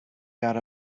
got